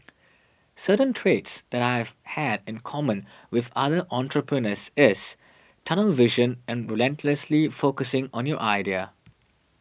certain traits that I have had in common with other entrepreneurs is tunnel vision and relentlessly focusing on your idea